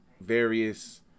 various